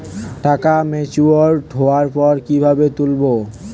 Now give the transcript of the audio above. টাকা ম্যাচিওর্ড হওয়ার পর কিভাবে তুলব?